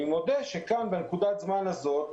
אני מודה שבנקודת הזמן הזאת,